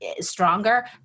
stronger